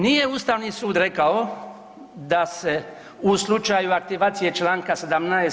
Nije Ustavni sud rekao da se u slučaju aktivacije članka 17.